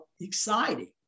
exciting